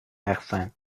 رقصن